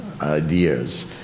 ideas